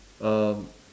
um